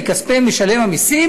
מכספי משלם המסים,